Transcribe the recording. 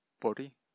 body